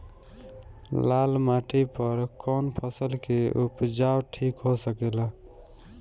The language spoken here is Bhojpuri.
लाल माटी पर कौन फसल के उपजाव ठीक हो सकेला?